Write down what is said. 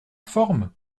forme